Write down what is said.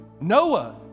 Noah